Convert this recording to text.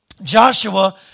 Joshua